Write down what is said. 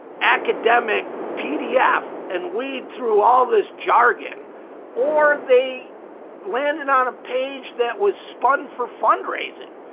academic pdf and read through all this jargon or they landed on a page that was spun for fundraising.